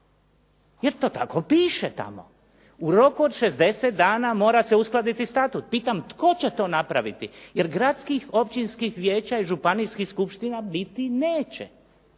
Jer to tako piše tamo, u roku od 60 dana mora se uskladiti statut. Pitam tko će to napraviti jer gradskih, općinskih vijeća i županijskih skupština biti neće.